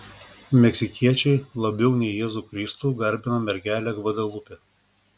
meksikiečiai labiau nei jėzų kristų garbina mergelę gvadelupę